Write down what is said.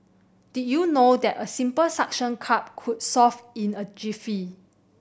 did you know that a simple suction cup could solve it in a jiffy